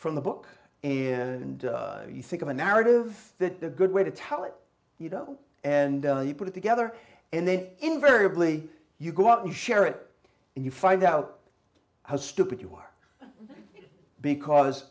from the book in and you think of a narrative that the good way to tell it you know and put it together and then invariably you go out you share it and you find out how stupid you are because